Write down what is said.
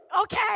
okay